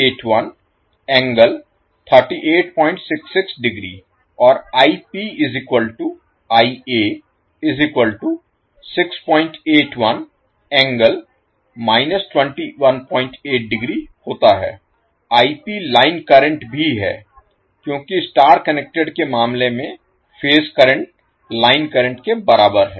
Ip line current भी है क्योंकि स्टार कनेक्टेड के मामले में फेज करंट लाइन करंट के बराबर है